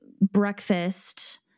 breakfast